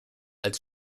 als